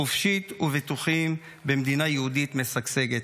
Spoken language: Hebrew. חופשיים ובטוחים במדינה יהודית משגשגת.